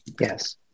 Yes